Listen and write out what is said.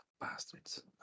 bastards